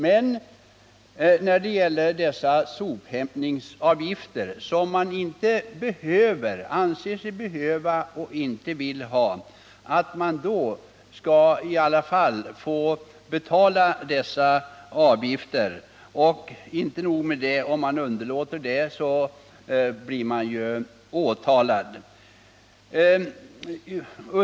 Annat är det med sophämtning som man inte anser sig behöva och inte vill ha utförd men som man i alla fall måste betala avgift för. Och inte nog med det; om man underlåter att betala, blir man åtalad.